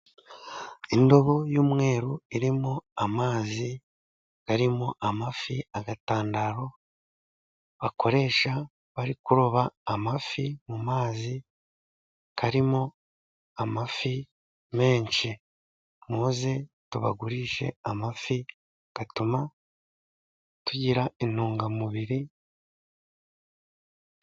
Indobo y'umweru irimo amazi arimo amafi, agatandaro bakoresha bari kuroba amafi mu mazi, karimo amafi menshi, muze tubagurishe amafi, atuma tugira intungamubiri...